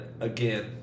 again